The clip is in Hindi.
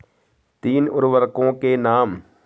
तीन उर्वरकों के नाम?